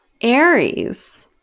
Aries